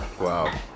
wow